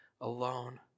alone